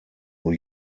new